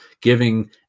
giving